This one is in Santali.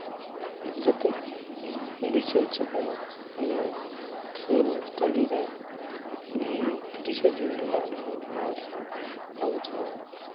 ᱡᱟᱛᱮ ᱫᱤᱥᱟᱹ ᱦᱚᱪᱚ ᱠᱚᱢᱟ ᱱᱤᱭᱟᱹ ᱠᱷᱮᱞ ᱴᱟᱺᱰᱤ ᱨᱮ ᱛᱤᱨᱤᱥᱟ ᱡᱩᱱ ᱨᱮᱱᱟᱜ ᱚᱱᱟ ᱦᱩᱞ ᱢᱟᱦᱟ ᱨᱮᱱᱟᱜ ᱟᱞᱳᱪᱚᱱᱟ